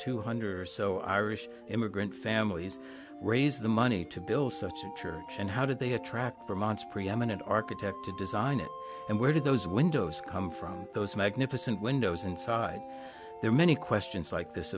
two hundred or so irish immigrant families raise the money to build such a church and how did they attract vermont's preeminent architect to design it and where did those windows come from those magnificent windows inside there many questions like this